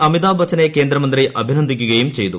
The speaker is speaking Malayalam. അമിതാഭ് ബച്ചനെ കേന്ദ്രമന്ത്രി അഭിനന്ദിക്കുകയും ചെയ്തു